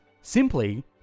simply